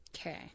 Okay